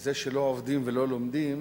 זה שלא עובדים ולא לומדים